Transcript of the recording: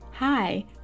Hi